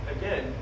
again